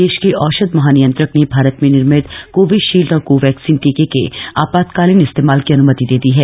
देश के औषध महानियंत्रक ने भारत में निर्मित कोविशील्ड और कोवैक्सीन टीके के आपातकालीन इस्तेमाल की अन्मति दे दी है